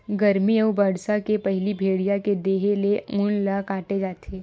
गरमी अउ बरसा के पहिली भेड़िया के देहे ले ऊन ल काटे जाथे